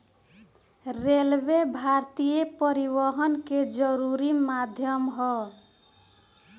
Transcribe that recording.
railway भारतीय परिवहन के जरुरी माध्यम ह